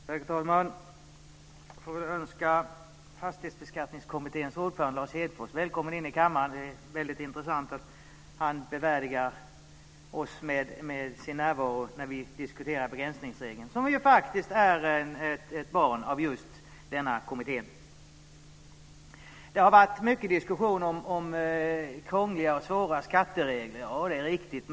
Herr talman! Jag får önska Fastighetsbeskattningskommitténs ordförande Lars Hedfors välkommen in i kammaren. Det är väldigt intressant att han bevärdigar oss med sin närvaro när vi diskuterar begränsningsregeln, som faktiskt är ett barn av just denna kommitté. Det har varit mycket diskussion om krångliga och svåra skatteregler. Det är riktigt.